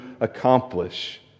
accomplish